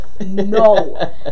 No